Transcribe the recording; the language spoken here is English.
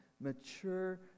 mature